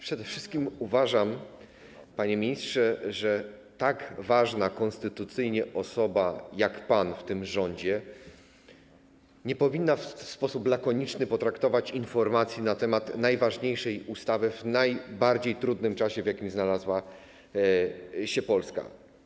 Przede wszystkim uważam, panie ministrze, że tak ważna konstytucyjnie osoba jak pan w tym rządzie nie powinna w sposób lakoniczny potraktować informacji na temat najważniejszej ustawy w najbardziej trudnym czasie, w jakim znalazła się Polska.